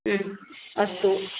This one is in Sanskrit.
अस्तु